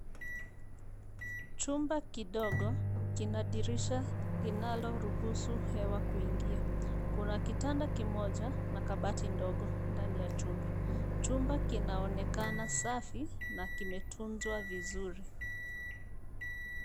Chumba kidogo, kina dirisha linaloruhusu hewa kuingia. Kuna kitanda kimoja na kabati ndogo ndani ya chumba. Chumba kinaonekana safi na kimetunzwa vizuri.